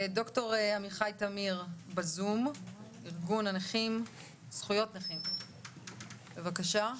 ד"ר עמיחי תמיר בזום, ארגון זכויות נכים, בבקשה.